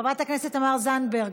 חברת הכנסת תמר זנדברג,